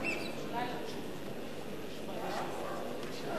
הצעת חוק לעידוד טוהר המידות בשירות הציבור (תיקון,